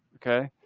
okay.